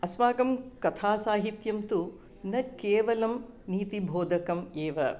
अस्माकं कथासाहित्यं तु न केवलं नीतिबोधकम् एव